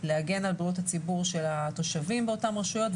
להגן על בריאות הציבור של התושבים באותן רשויות,